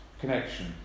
connection